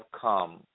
come